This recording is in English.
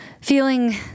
feeling